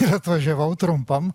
ir atvažiavau trumpam